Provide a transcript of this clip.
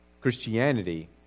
Christianity